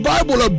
Bible